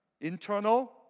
internal